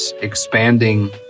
expanding